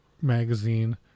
magazine